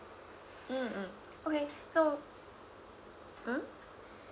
mm okay so mm